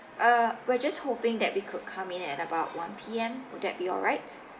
uh we're just hoping that we could come in at about one P_M would that be alright